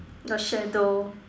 the shadow